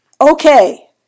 Okay